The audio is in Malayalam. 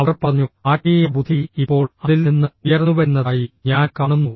അവർ പറഞ്ഞു ആത്മീയ ബുദ്ധി ഇപ്പോൾ അതിൽ നിന്ന് ഉയർന്നുവരുന്നതായി ഞാൻ കാണുന്നു